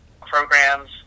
programs